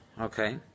okay